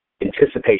Anticipation